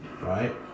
right